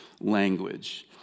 language